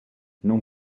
non